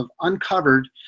uncovered